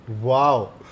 wow